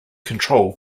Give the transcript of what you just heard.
control